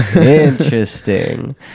Interesting